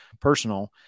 personal